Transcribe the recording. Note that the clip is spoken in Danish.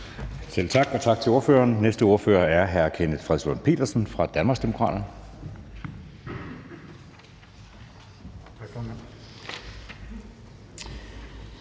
Selv tak, og tak til ordføreren. Den næste ordfører er hr. Kenneth Fredslund Petersen fra Danmarksdemokraterne.